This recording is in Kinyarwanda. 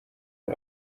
aho